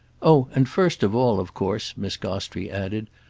oh and first of all of course, miss gostrey added,